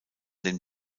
den